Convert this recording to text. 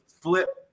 Flip